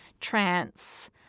trance